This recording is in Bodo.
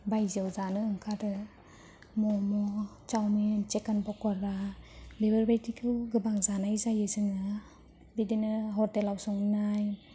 बायजोआव जानो ओंखारो म'म' चावमिन चिकेन पक'रा बेफोरबायदिखौ गोबां जानाय जायो जोङो बिदिनो हटेल आव संनाय